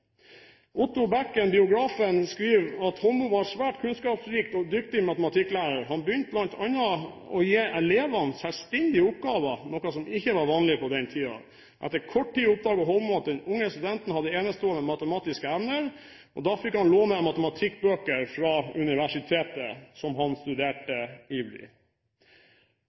Otto Bekken, biografen, skriver at Holmboe var en svært kunnskapsrik og dyktig matematikklærer. Han begynte bl.a. å gi elevene selvstendige oppgaver, noe som ikke var vanlig på den tiden. Etter kort tid oppdaget Holmboe at den unge studenten hadde enestående matematiske evner. Da fikk han låne matematikkbøker fra universitetet, som han studerte ivrig.